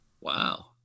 Wow